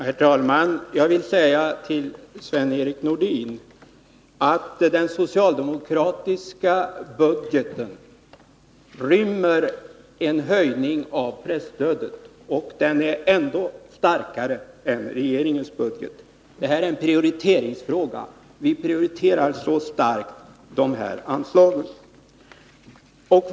Herr talman! Jag vill säga till Sven-Erik Nordin att den socialdemokratiska budgeten rymmer en höjning av presstödet inom ramen för en budget som är starkare än regeringens. Det här är en prioriteringsfråga. Vi prioriterar dessa anslag så starkt.